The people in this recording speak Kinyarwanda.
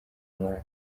mwaka